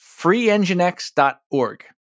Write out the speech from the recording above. freeenginex.org